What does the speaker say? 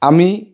আমি